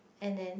and then